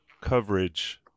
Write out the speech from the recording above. coverage